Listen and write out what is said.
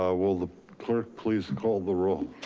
ah will the clerk please call the roll?